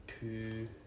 two